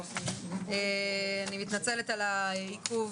אני מתנצלת על העיכוב